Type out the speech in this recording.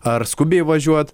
ar skubiai važiuot